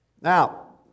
Now